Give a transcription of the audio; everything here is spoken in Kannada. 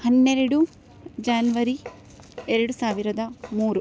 ಹನ್ನೆರಡು ಜಾನ್ವರಿ ಎರಡು ಸಾವಿರದ ಮೂರು